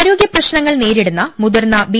ആരോഗ്യ പ്രശ്നങ്ങൾ നേരിടുന്ന മുതിർന്ന ബി